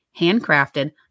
handcrafted